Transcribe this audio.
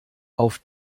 auf